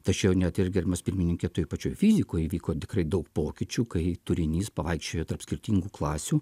tačiau net ir gerbiamas pirmininke toj pačioj fizikoj įvyko tikrai daug pokyčių kai turinys pavaikščiojo tarp skirtingų klasių